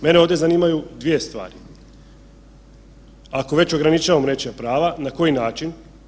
Mene ovdje zanimaju dvije stvari, ako već ograničavamo nečija prava na koji način.